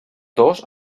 dos